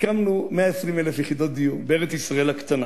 הקמנו 120,000 יחידות דיור בארץ-ישראל הקטנה.